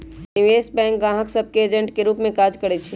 निवेश बैंक गाहक सभ के एजेंट के रूप में काज करइ छै